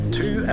two